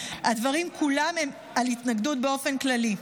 הדברים כולם הם על ההתנגדות באופן כללי,